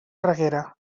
reguera